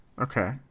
Okay